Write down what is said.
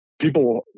People